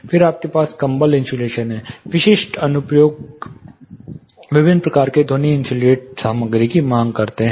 फिर आपके पास कंबल इन्सुलेशन हैं विशिष्ट अनुप्रयोग विभिन्न प्रकार के ध्वनि इन्सुलेट सामग्री की मांग करते हैं